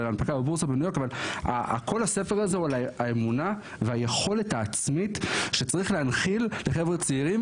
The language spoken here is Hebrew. כל הספר הזה הוא על האמונה והיכולת העצמית שצריך להנחיל לחבר'ה צעירים,